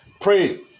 pray